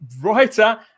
writer